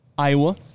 Iowa